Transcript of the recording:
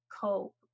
cope